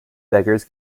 beggars